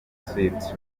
swift